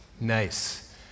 Nice